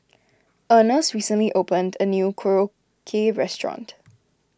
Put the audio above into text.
Ernest recently opened a new Korokke restaurant